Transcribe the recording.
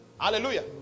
hallelujah